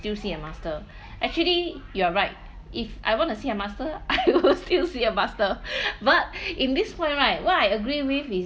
still see a master actually you're right if I wanna see a master I will still see a master but in this point right what I agree with is